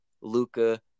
Luca